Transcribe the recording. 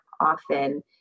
often